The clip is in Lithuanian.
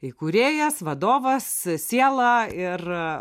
įkūrėjas vadovas siela ir